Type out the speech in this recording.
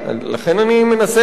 לכן אני מנסה,